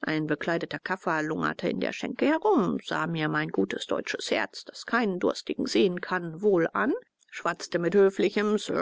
ein bekleideter kaffer lungerte in der schenke herum sah mir mein gutes deutsches herz das keinen durstigen sehen kann wohl an schwatzte mit höflichem